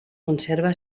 conserva